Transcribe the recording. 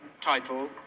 title